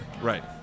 Right